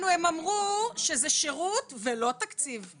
הוא מטפל בו.